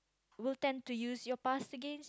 will tend to use your past against